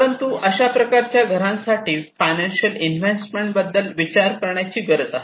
परंतु अशा प्रकारच्या घरांसाठी फायनान्शियल इन्व्हेस्टमेंट बद्दल विचार करण्याची गरज आहे